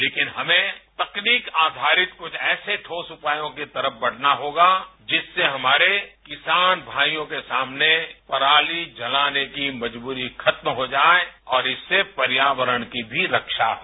लेकिन हमें तकनीक आधारित कुछ ऐसे ठोस उपायों की तरफ बढ़ना होगा जिससे हमारे किसान भाईयों के सामने पराती जलाने की मजबूरी खत्म हो जाए और इससे पर्यावरण की भी रक्षा हो